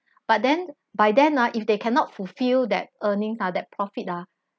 but then by then ah if they cannot fulfil that earnings ah that profit ah